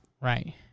Right